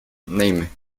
name